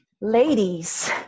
Ladies